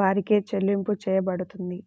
వారికే చెల్లింపు చెయ్యబడుతుంది